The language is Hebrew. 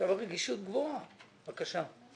הרגישות גבוהה עכשיו.